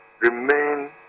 remain